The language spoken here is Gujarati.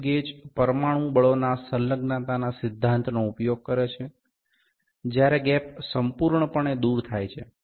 સ્લિપ ગેજ પરમાણુ બળોના સંલગ્નતા ના સિદ્ધાંત નો ઉપયોગ કરે છે જ્યારે ગેપ સંપૂર્ણ પણે દૂર થાય છે